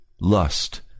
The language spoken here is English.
lust